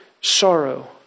sorrow